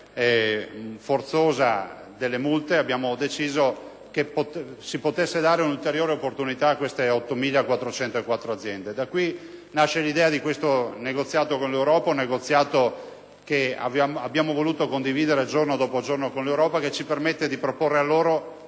forzosa delle multe, abbiamo deciso che si potesse dare un'ulteriore opportunità a queste 8.404 aziende. Da qui nasce l'idea di questo negoziato con l'Europa - che con l'Europa abbiamo voluto condividere giorno dopo giorno - che ci permette di proporre a